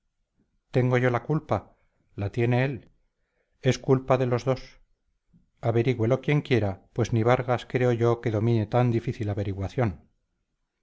tengo yo la culpa la tiene él es culpa de los dos averígüelo quien quiera pues ni vargas creo yo que domine tan difícil averiguación